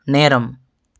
நேரம்